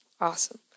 Awesome